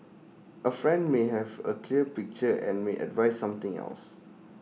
A friend may have A clear picture and may advise something else